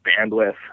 bandwidth